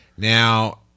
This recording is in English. Now